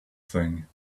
thing